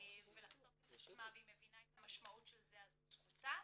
ולחשוף את עצמה ואת המשמעות של זה, זו זכותה.